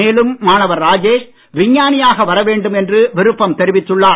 மேலும் மாணவர் ராஜேஷ் விஞ்ஞானியாக வரவேண்டும் என்று விருப்பம் தெரிவித்துள்ளார்